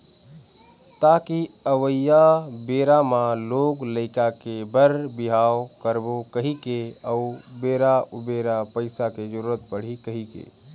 ताकि अवइया बेरा म लोग लइका के बर बिहाव करबो कहिके अउ बेरा उबेरा पइसा के जरुरत पड़ही कहिके